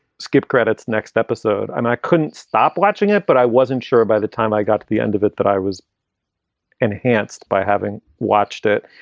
skip credits next episode and i couldn't stop watching it, but i wasn't sure by the time i got to the end of it that i was enhanced by having watched it.